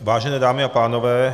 Vážené dámy a pánové.